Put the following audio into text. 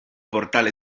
portale